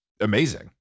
amazing